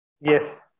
Yes